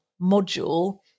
module